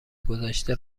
گذشته